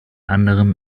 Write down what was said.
anderem